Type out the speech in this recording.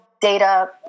data